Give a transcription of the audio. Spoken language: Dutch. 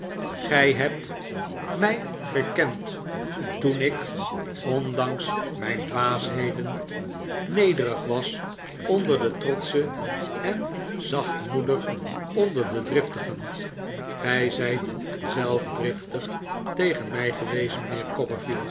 gij hebt mij gekend toen ik ondanks mijn dwaasheden nederig was onder de trotschen en zachtmoedig onder de driftigen gij zijt zelf driftig tegen mij geweest mijnheer